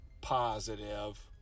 positive